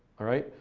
alright?